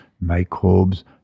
microbes